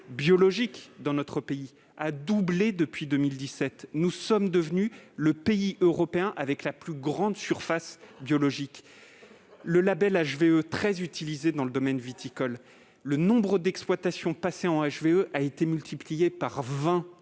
bio dans notre pays a doublé depuis 2017. Nous sommes devenus le pays européen avec la plus grande surface biologique. Le label HVE est très utilisé dans le domaine viticole. Le nombre d'exploitations qui s'y soumettent a été multiplié par